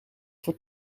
voor